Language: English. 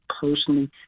personally